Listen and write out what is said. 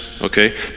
okay